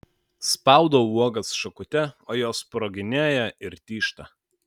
spaudau uogas šakute o jos sproginėja ir tyžta